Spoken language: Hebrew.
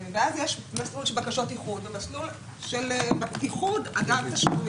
ואז יש מסלול של בקשות איחוד ומסלול של איחוד אגב תשלומים.